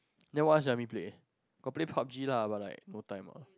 then what else you want me play got play Pub-G lah but like no time ah